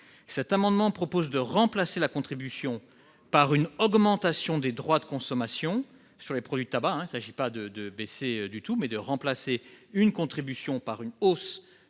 Cet amendement vise à remplacer cette contribution par une augmentation des droits de consommation sur les produits du tabac. Il ne s'agit pas de baisser l'imposition, mais de remplacer une contribution par une hausse